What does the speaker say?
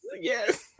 Yes